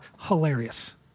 hilarious